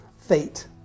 fate